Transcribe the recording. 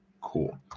Cool